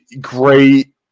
great